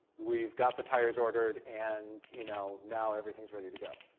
we've got the tires ordered, and you know now everything's ready to go.